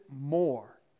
more